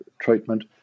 treatment